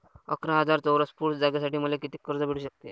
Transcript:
अकरा हजार चौरस फुट जागेसाठी मले कितीक कर्ज भेटू शकते?